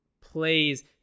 plays